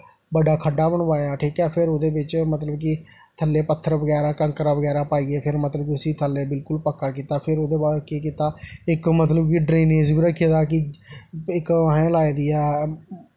बड्डा खड्डा बनवाया ठीक ऐ फिर ओह्दे बिच्च मतलब कि थल्लै पत्थर बगैरा कैंकरा बगैरा पाइयै फिर मतलब कि उसी थल्लै बिल्कुल पक्का कीता फिर ओह्दे बाद केह् कीता इक मतलब कि ड्रेनेज़ बी रक्खे दा कि इक असें लाई दी ऐ